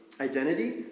identity